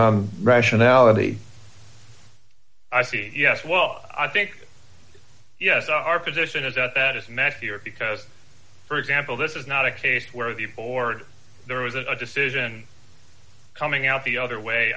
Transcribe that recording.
on rationality i think yes well i think yes our position is that that is met here because for example this is not a case where the board there was a decision coming out the other way